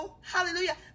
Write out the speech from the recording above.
Hallelujah